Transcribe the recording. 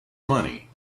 money